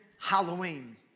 Halloween